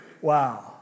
wow